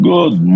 Good